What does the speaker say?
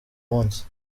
munsi